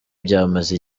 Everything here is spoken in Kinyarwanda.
byamaze